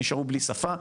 נשארו בלי שפה.